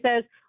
says –